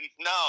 No